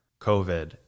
COVID